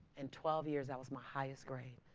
and twelve years, that was my highest grade.